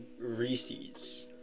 Reese's